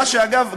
מה שאגב,